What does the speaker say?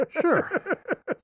Sure